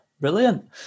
brilliant